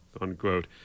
Unquote